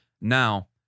Now